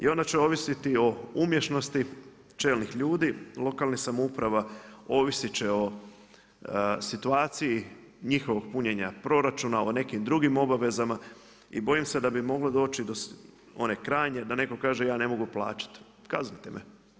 I onda će ovisiti o umješnosti čelnih ljudi lokalnih samouprava, ovisit će o situaciji njihovog punjenja proračuna, o nekim drugim obavezama i bojim se da bi moglo doći do one krajnje, da neko kaže ja ne mogu plaćati kaznite me.